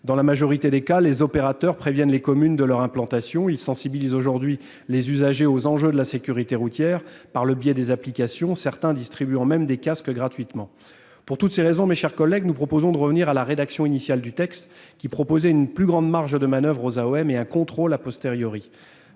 Dans la majorité des cas, les opérateurs préviennent les communes de leur implantation. Ils sensibilisent les usagers aux enjeux de la sécurité routière, par le biais des applications. Certains distribuent même des casques gratuitement. Pour toutes ces raisons, mes chers collègues, nous vous proposerons de revenir à la rédaction initiale de cet article, qui laissait une plus grande marge de manoeuvre aux AOM et un contrôle de